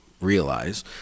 realize